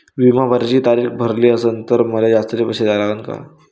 बिमा भराची तारीख भरली असनं त मले जास्तचे पैसे द्या लागन का?